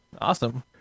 Awesome